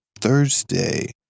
Thursday